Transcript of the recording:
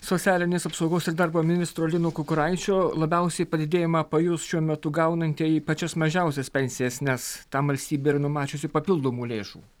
socialinės apsaugos ir darbo ministro lino kukuraičio labiausiai padidėjimą pajus šiuo metu gaunantieji pačias mažiausias pensijas nes tam valstybė yra numačiusi papildomų lėšų